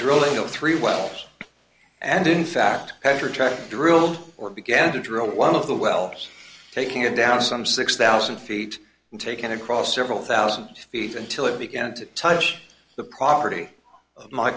drilling of three well and in fact after trying drilled or began to drill one of the well taking it down some six thousand feet and taken across several thousand feet until it began to touch the property of my